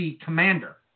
commander